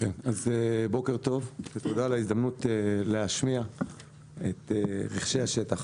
בוקר טוב ותודה על ההזדמנות להשמיע את רחשי השטח.